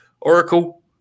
Oracle